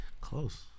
Close